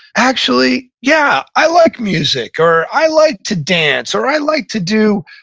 actually, yeah. i like music, or, i like to dance, or, i like to do,